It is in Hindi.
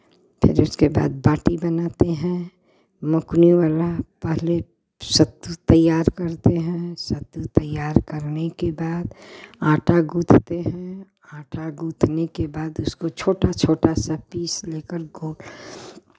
फिर उसके बाद बाटी बनाते हैं मोकनी वाला पहले सत्तू तैयार करते हैं सत्तू तैयार करने ने बाद आँटा गूँथते हैं आँटा गूँथने के बाद उसको छोटा छोटा सा पीस लेकर गोल